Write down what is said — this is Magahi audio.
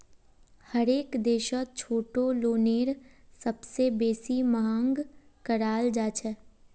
हरेक देशत छोटो लोनेर सबसे बेसी मांग कराल जाछेक